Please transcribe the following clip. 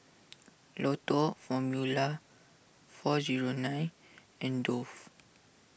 Lotto Formula four zero nine and Dove